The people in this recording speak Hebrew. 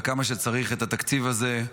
וכמה שצריך את התקציב הזה,